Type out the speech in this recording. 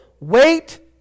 wait